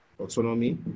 autonomy